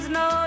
no